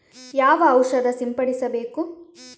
ಯಾವ ಔಷಧ ಸಿಂಪಡಿಸಬೇಕು?